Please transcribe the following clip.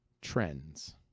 Trends